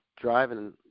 driving